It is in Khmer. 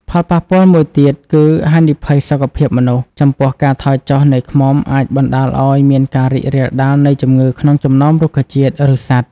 ផលប៉ះពាល់មួយទៀតគឺហានិភ័យសុខភាពមនុស្ស ព្រោះការថយចុះនៃឃ្មុំអាចបណ្តាលឲ្យមានការរីករាលដាលនៃជំងឺក្នុងចំណោមរុក្ខជាតិ ឬសត្វ។